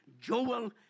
Joel